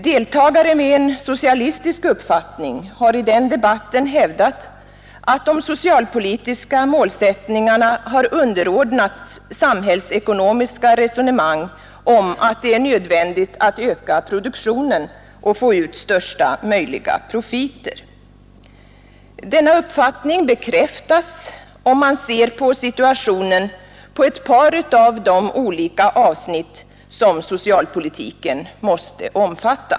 Deltagare med en socialistisk uppfattning har i den debatten hävdat att de socialpolitiska målsättningarna har underordnats samhällsekonomiska resonemang om att det är nödvändigt att öka produktionen och få ut största möjliga profiter. Denna uppfattning bekräftas om man ser på situationen på ett par av de olika avsnitt som socialpolitiken måste omfatta.